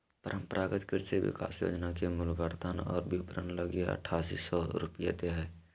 परम्परागत कृषि विकास योजना के मूल्यवर्धन और विपरण लगी आठासी सौ रूपया दे हइ